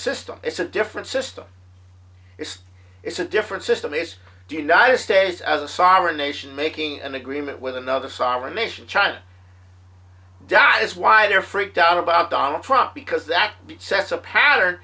system it's a different system it's a different system is denied a stays as a sovereign nation making an agreement with another sovereign nation china dies wider freaked out about donald trump because that sets a pattern